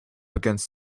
against